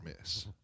miss